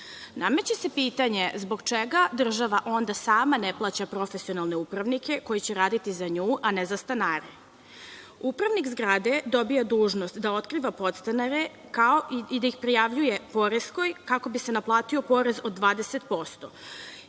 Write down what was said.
Nameće se pitanje – zbog čega država onda sama ne plaća profesionalne upravnike koji će raditi za nju, a ne za stanare? Upravnik zgrade dobija dužnost da otkriva podstanare, kao i da ih prijavljuje poreskoj, kako bi se naplatio porez od 20%.